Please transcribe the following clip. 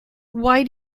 why